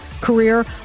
career